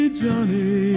Johnny